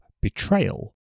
betrayal